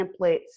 templates